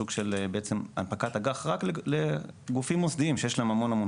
שוק של הנפקת אג"ח רק לגופים מוסדיים שיש להם המון כסף.